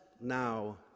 now